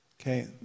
Okay